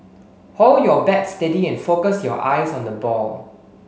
hold your bat steady and focus your eyes on the ball